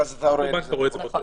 נכון, באותו בנק אתה רואה באותו יום.